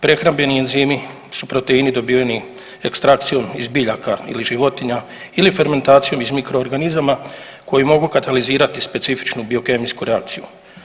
Prehrambeni enzimi su proteini dobiveni ekstrakcijom iz biljaka ili životinja ili fermentacijom iz mikroorganizama koji mogu katalizirati specifičnu biokemijsku reakciju.